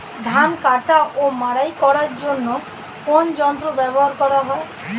ধান কাটা ও মাড়াই করার জন্য কোন যন্ত্র ব্যবহার করা হয়?